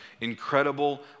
incredible